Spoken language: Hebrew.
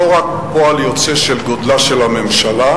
לא רק פועל יוצא של גודלה של הממשלה,